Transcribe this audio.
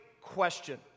question